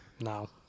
No